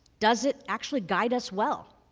does it actually guide us well?